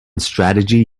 strategy